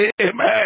amen